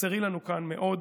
תחסרי לנו כאן מאוד